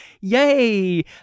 yay